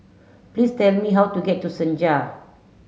please tell me how to get to Senja